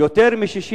יותר מ-60